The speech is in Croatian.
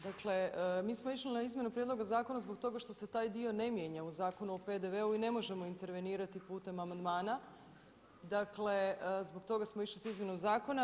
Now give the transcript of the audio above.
Dakle mi smo išli na izmjenu prijedloga zakona zbog toga što se taj dio ne mijenja u zakonu o PDV-u i ne možemo intervenirati putem amandmana dakle zbog toga smo išli s izmjenom zakona.